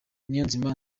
niyonzima